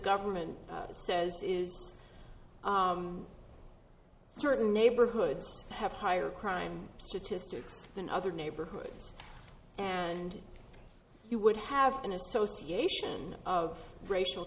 government says is certain neighborhoods have higher crime statistics than other neighborhoods and you would have an association of racial